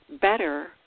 better